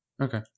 Okay